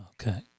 Okay